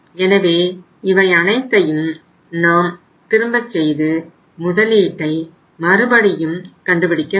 எனவே இவை அனைத்தையும் நாம் திரும்ப செய்து முதலீட்டை மறுபடியும் கண்டுபிடிக்க வேண்டும்